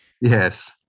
yes